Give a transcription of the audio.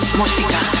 música